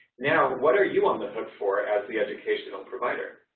now, what are you on the hook for as the educational provider?